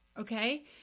Okay